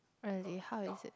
really how is it